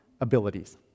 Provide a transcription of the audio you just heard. abilities